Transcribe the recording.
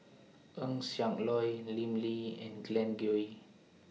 Eng Siak Loy Lim Lee and Glen Goei